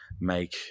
make